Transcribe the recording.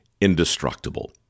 indestructible